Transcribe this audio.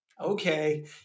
okay